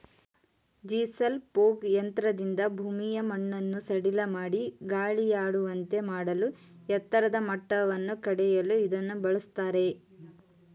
chisel plough ಯಂತ್ರದಿಂದ ಭೂಮಿಯ ಮಣ್ಣನ್ನು ಸಡಿಲಮಾಡಿ ಗಾಳಿಯಾಡುವಂತೆ ಮಾಡಲೂ ಎತ್ತರದ ಮಟ್ಟವನ್ನು ಕಡಿಯಲು ಇದನ್ನು ಬಳ್ಸತ್ತರೆ